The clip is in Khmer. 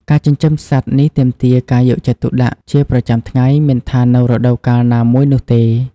ការចិញ្ចឹមសត្វនេះទាមទារការយកចិត្តទុកដាក់ជាប្រចាំថ្ងៃ មិនថានៅរដូវកាលណាមួយនោះទេ។